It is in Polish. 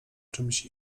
czymś